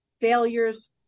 failures